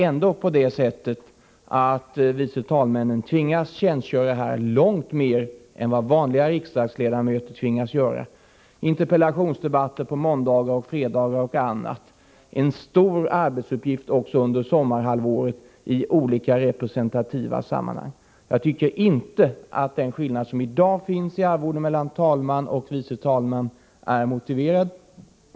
Ändå är det så att vice talmännen tvingas tjänstgöra här långt mer än vanliga riksdagsledamöter — interpellationsdebatter på måndagar och fredagar och annat, och en stor arbetsuppgift även under sommarhalvåret i olika representativa sammanhang. Jag tycker inte att den skillnad i arvode som i dag finns mellan talmannen och vice talmännen är motiverad.